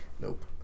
nope